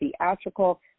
theatrical